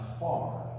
far